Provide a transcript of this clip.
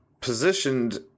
positioned